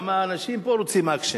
גם האנשים פה רוצים אקשן.